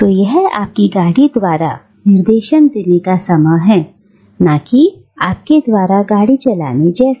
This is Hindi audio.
तो यह आपकी गाड़ी द्वारा आपको निर्देशन देने के समान है ना कि आपके द्वारा गाड़ी चलाने जैसा